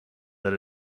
that